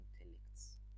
intellects